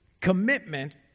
commitment